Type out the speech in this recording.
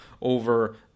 over